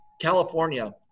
california